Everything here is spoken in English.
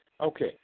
Okay